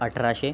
अठराशे